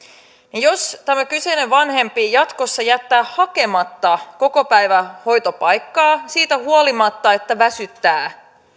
niin jos tämä kyseinen vanhempi jatkossa jättää hakematta kokopäivähoitopaikkaa siitä huolimatta että väsyttää